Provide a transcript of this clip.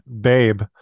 Babe